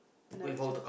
another chance